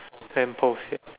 lamp post ya